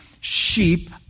sheep